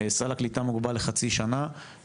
סל הקליטה מוגבל לחצי שנה,